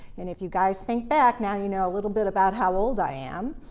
and if you guys think back, now you know a little bit about how old i am.